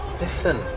Listen